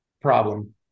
problem